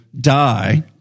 die